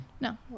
No